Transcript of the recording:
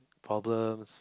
problems